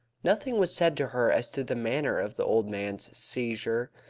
nothing was said to her as to the manner of the old man's seizure,